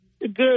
good